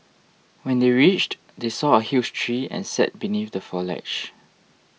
when they reached they saw a huge tree and sat beneath the foliage